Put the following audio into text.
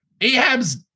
Ahab's